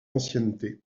ancienneté